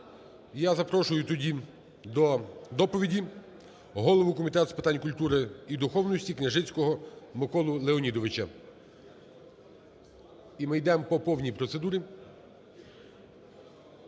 я запрошую тоді до доповіді голову Комітету з питань культури і духовності Княжицького Миколу Леонідовича. І ми йдемо по повній процедурі.